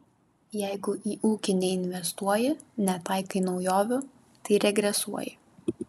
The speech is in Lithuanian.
jeigu į ūkį neinvestuoji netaikai naujovių tai regresuoji